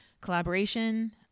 collaboration